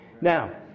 Now